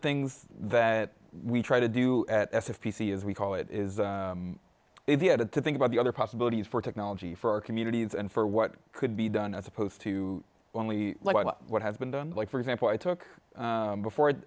things that we try to do if p c is we call it is if you had to think about the other possibilities for technology for our communities and for what could be done as opposed to only what has been done like for example i took before